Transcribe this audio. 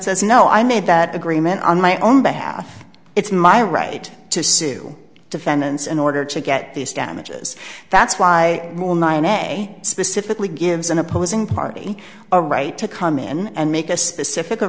says no i made that agreement on my own behalf it's my right to sue defendants in order to get these damages that's why they specifically gives an opposing party a right to come in and make a specific of